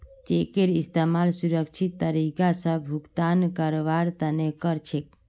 चेकेर इस्तमाल सुरक्षित तरीका स भुगतान करवार तने कर छेक